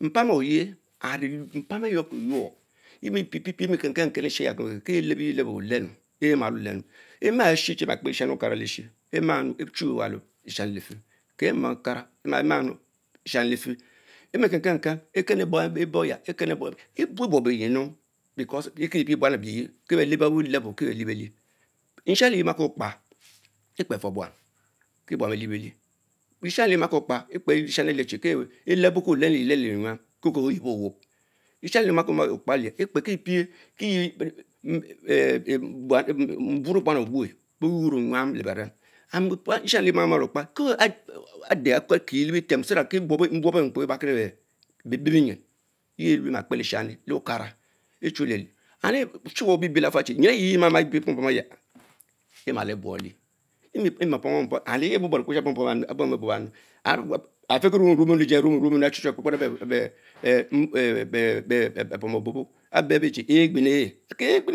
Mpam oyeh arie mpam are yuorkie yuorr yie mie pie pie pièh, ekenken ken Lisheya olenu, ema emalo olennu, en lesbain Okara leshich kie lebeye eshien kie ma Emaa miu, echery wa kie ma okam Cesham lee feh lesmann lefch, Kmie ken ken ken, eken eborgs (ekann ebuobonyinu because Kie kie pieh buan ebeye keken elebabo labbo kie bal lisch bee cich, leshami elica emake Okpa, Ekpen for buan abeye kie be lie belie, leshami elie mato kpa Okpe leshain wie otenu cieviel etie nyam kie ko yebo owope, leshani etish oma- Kekpa yeu expe Five Oburo buom eque keh adeh akuelkin lebutem kie ki buobob mbuobo ah kpo ebarki bebeh benyin, yeh ecue ma kpe leshami okara echulere and ochumwe nyin eyie mamaa ebom Bom aya; emale ebuong lee ena pom pom pom and lee hee are borbor exuburn as loobbens Anu lejie bobyanu afikie rumu rumu mm lejie arumu achie kperr-beh pom obobo, egbene gbenu